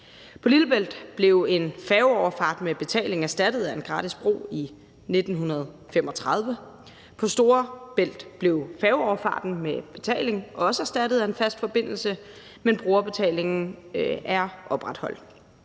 På Lillebælt blev en færgeoverfart med betaling erstattet af en gratis bro i 1935. På Storebælt blev færgeoverfarten med betaling også erstattet af en fast forbindelse, men brugerbetalingen er opretholdt.